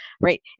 right